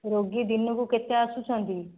ରୋଗୀ ଦିନକୁ କେତେ ଆସୁଛନ୍ତି